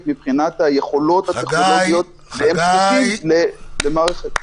מבחינת היכולות שיכולות להיות למערכת כזאת.